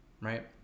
right